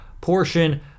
portion